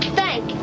thank